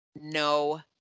No